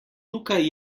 tukaj